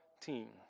team